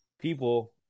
people